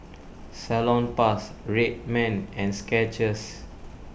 Salonpas Red Man and Skechers